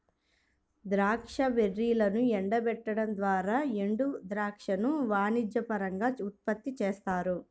ద్రాక్ష బెర్రీలను ఎండబెట్టడం ద్వారా ఎండుద్రాక్షను వాణిజ్యపరంగా ఉత్పత్తి చేస్తారు